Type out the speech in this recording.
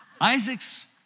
Isaac's